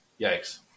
Yikes